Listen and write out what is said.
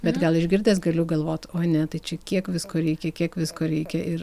bet gal išgirdęs galiu galvoti o ne tai čia kiek visko reikia kiek visko reikia ir